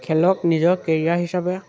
খেলক নিজৰ কেৰিয়াৰ হিচাপে